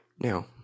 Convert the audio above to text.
Now